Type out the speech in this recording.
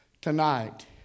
tonight